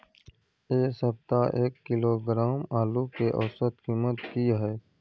ऐ सप्ताह एक किलोग्राम आलू के औसत कीमत कि हय?